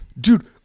Dude